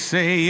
Say